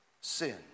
sin